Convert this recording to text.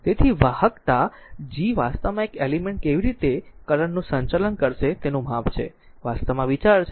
તેથી વાહકતા G વાસ્તવમાં એક એલિમેન્ટ કેવી રીતે કરંટ નું સંચાલન કરશે તેનું માપ છે આ વાસ્તવમાં વિચાર છે